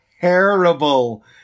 Terrible